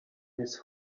his